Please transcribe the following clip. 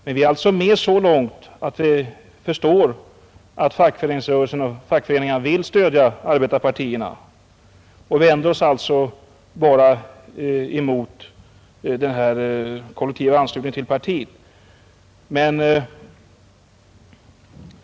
Men vi är alltså med så långt att vi förstår att fackföreningsrörelsen och fackföreningarna vill stödja arbetarpartierna och vänder oss alltså bara emot kollektivanslutningen till partiet.